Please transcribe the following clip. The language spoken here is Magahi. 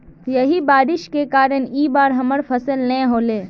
यही बारिश के कारण इ बार हमर फसल नय होले?